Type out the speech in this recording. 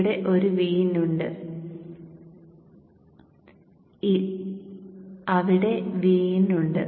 ഇവിടെ ഒരു Vin ഉണ്ട് അവിടെ Vin ഉണ്ട്